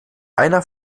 einer